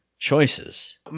choices